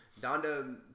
Donda